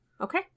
Okay